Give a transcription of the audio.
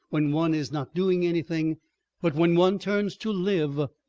when one is not doing anything but when one turns to live,